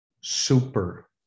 super